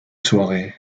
soirée